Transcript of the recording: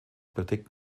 beträgt